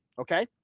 okay